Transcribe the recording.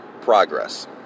progress